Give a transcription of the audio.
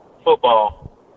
football